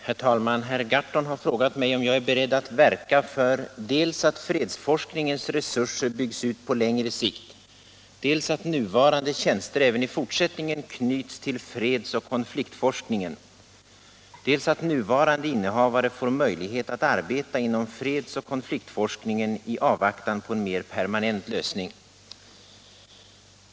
Herr talman! Herr Gahrton har frågat mig om jag är beredd att verka för dels att fredsforskningens resurser byggs ut på längre sikt, dels att nuvarande tjänster även i fortsättningen knyts till fredsoch konfliktforskningen, dels att nuvarande innehavare får möjlighet att arbeta inom fredsoch konfliktforskningen i avvaktan på en mer permanent lösning.